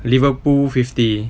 Liverpool fifty